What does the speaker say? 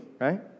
right